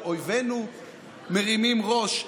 אויבינו מרימים ראש.